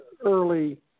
early